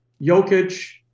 Jokic